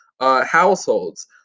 households